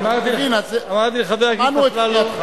אמרתי לחבר הכנסת אפללו,